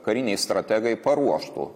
kariniai strategai paruoštų